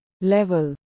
Level